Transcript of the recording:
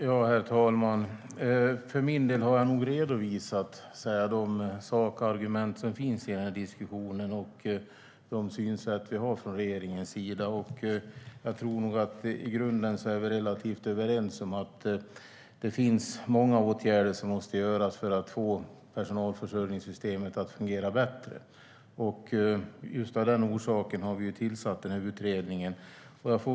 Herr talman! Jag har redovisat de sakargument som finns i den här diskussionen och de synsätt som regeringen har. Jag tror att jag och Lena Asplund är relativt överens i grunden om att många åtgärder måste vidtas för att personalförsörjningssystemet ska börja fungera bättre. Av just den orsaken har vi tillsatt den här utredningen.